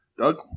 Doug